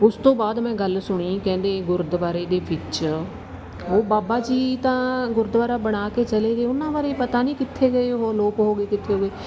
ਉਸ ਤੋਂ ਬਾਅਦ ਮੈਂ ਗੱਲ ਸੁਣੀ ਕਹਿੰਦੇ ਗੁਰਦੁਆਰੇ ਦੇ ਵਿੱਚ ਉਹ ਬਾਬਾ ਜੀ ਤਾਂ ਗੁਰਦੁਆਰਾ ਬਣਾ ਕੇ ਚਲੇ ਗਏ ਉਹਨਾਂ ਬਾਰੇ ਪਤਾ ਨਹੀਂ ਕਿੱਥੇ ਗਏ ਉਹ ਅਲੋਪ ਹੋ ਗਏ ਕਿੱਥੇ ਹੋ ਗਏ